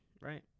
right